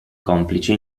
complice